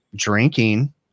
drinking